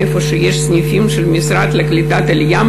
למקומות שיש בהם סניפים של המשרד לקליטת העלייה,